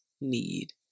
need